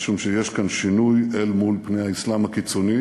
משום שיש כאן שינוי, אל מול פני אסלאם קיצוני,